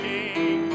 King